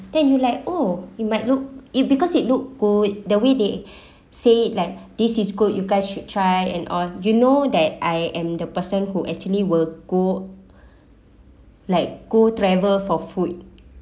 then you like oh you might look it because it look good the way they say like this is good you guys should try and or you know that I am the person who actually will go like go travel for food